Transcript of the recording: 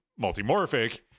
multimorphic